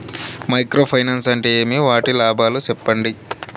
Micro finance అంటే ఏమి? వాటి లాభాలు సెప్పండి?